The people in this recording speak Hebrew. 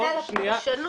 על היישום.